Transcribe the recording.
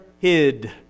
hid